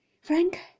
Frank